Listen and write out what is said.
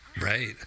Right